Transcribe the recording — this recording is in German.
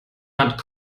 hat